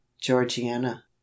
Georgiana